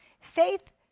Faith